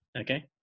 okay